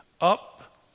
Up